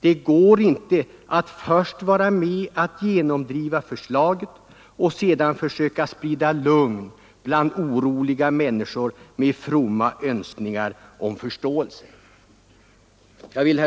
Det går inte att först vara med om att genomdriva förslaget och att sedan med fromma önskningar om förståelse försöka sprida lugn bland oroliga människor. Herr